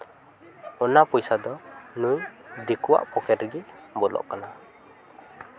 ᱚᱱᱟ ᱯᱚᱭᱥᱟ ᱫᱚ ᱱᱩᱭ ᱫᱤᱠᱩᱣᱟᱜ ᱯᱚᱠᱮᱴ ᱨᱮᱜᱮ ᱵᱚᱞᱚᱜ ᱠᱟᱱᱟ